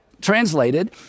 translated